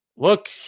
Look